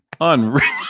unreal